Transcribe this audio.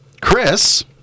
Chris